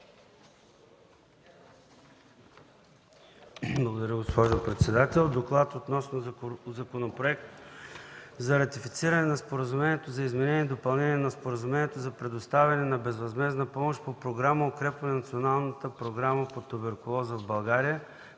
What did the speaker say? Благодаря, госпожо председател. „ДОКЛАД относно Законопроект за ратифициране на Споразумението за изменение и допълнение на Споразумението за предоставяне на безвъзмездна помощ по Програма „Укрепване на националната програма по туберкулоза в България”